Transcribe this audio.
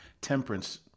Temperance